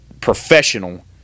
professional